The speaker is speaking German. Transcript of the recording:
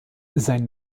sein